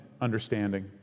understanding